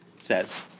says